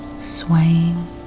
swaying